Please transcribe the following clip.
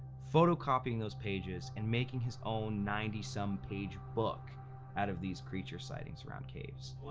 photocopying those pages and making his own ninety some page book out of these creature sightings around caves.